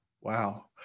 Wow